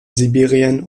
sibirien